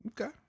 Okay